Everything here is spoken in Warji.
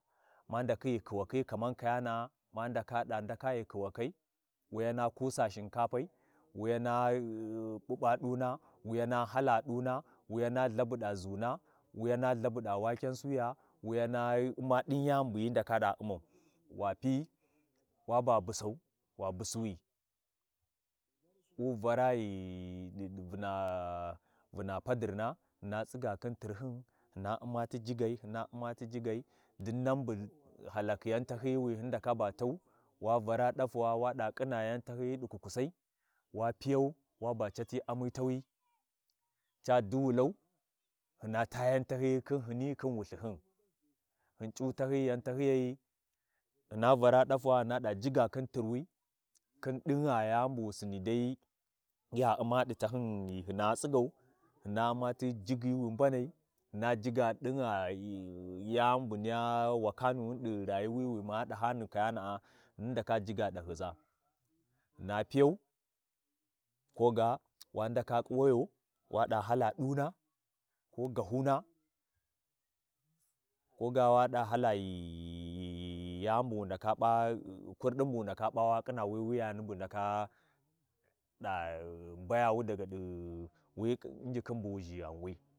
Fi wi mbani ga di – diɗi rayuwi tu ɗi dumiyi cina’a, ɗin fici ca U’mmi, wu ndaka U’mma ti ƙiLthakai, wa kwa khin wuyani bu wu ndaka U’mma dai ko tsuwari ba wu haliya, wu cighi wu hali i- wi wi yan nʒakhi nʒakhin dai ghii wu ndaka vusi ɗi tsuwara: wa Vya ɗi tsuwara ghingin wa ƙila Subana, suban yaba P’a’wi ya dawu murnana, yaɗa ei- ei fi juɓɓur raa ɓa hyi Vurɗi Ibrahim, taba ta cila subana ya fakau aa, mun gwan ghi ndaku, gya muna da kuʒa muna naha mun gwan mun ɗawi murna fa- Vurɗakasi be bu hyi Vurɗyi jibbun raa.